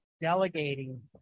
delegating